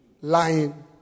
lying